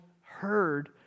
heard